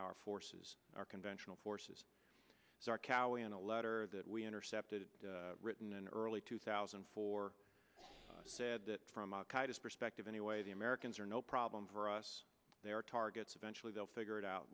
our forces our conventional forces are cowan a letter that we intercepted written and early two thousand and four said that from our perspective anyway the americans are no problem for us they are targets eventually they'll figure it out